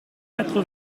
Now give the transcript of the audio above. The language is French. quatre